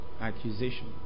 Accusation